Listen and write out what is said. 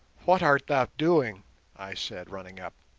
what art thou doing i said, running up.